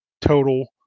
total